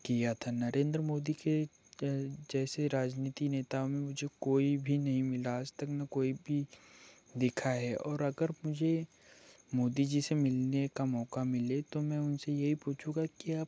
किया था नरेंद्र मोदी के जैसे राजनैतिक नेताओं में मुझे कोई भी नहीं मिला आजतक न कोई भी दिखा है और अगर मुझे मोदी जी से मिलने का मौका मिले तो मैं उनसे यही पूछूँगा कि आप